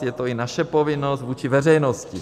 Je to i naše povinnost vůči veřejnosti.